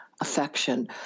affection